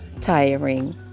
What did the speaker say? tiring